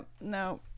No